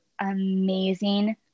amazing